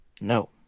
No